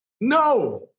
No